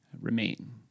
remain